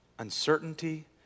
uncertainty